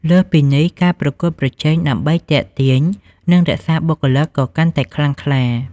លើសពីនេះ ការប្រកួតប្រជែងដើម្បីទាក់ទាញ និងរក្សាបុគ្គលិក ក៏កាន់តែខ្លាំងក្លា។